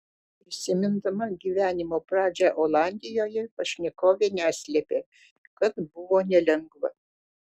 prisimindama gyvenimo pradžią olandijoje pašnekovė neslėpė kad buvo nelengva